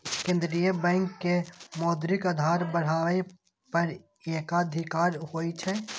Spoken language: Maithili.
केंद्रीय बैंक के मौद्रिक आधार बढ़ाबै पर एकाधिकार होइ छै